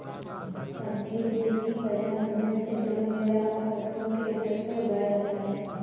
औषधीय गुण की पहचान होने से एलोवेरा अब फसलों के स्तर पर उगाया जाता है